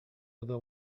other